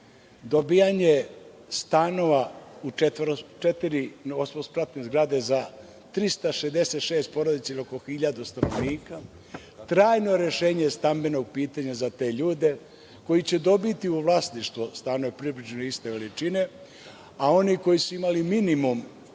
dobijanje stanova u četiri osmospratne zgrade za 366 porodica ili oko hiljadu stanovnika, trajno rešenje stambenog pitanja za te ljude koji će dobiti u vlasništvo stanove približno iste veličine, a oni koji su imali minimum,